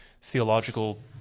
theological